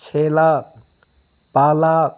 से लाख बा लाख